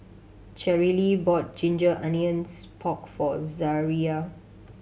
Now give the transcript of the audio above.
Cherrelle bought ginger onions pork for Zaria